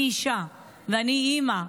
אני אישה ואני אימא,